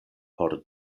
por